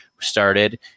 started